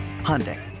Hyundai